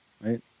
right